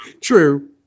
True